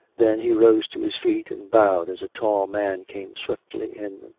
then he rose to his feet and bowed as a tall man came swiftly in,